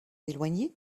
éloignée